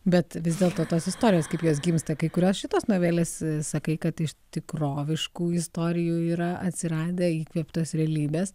bet vis dėlto tos istorijos kaip jos gimsta kai kurios šitos novelės sakai kad iš tikroviškų istorijų yra atsiradę įkvėptas realybės